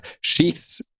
Sheaths